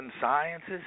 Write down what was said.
sciences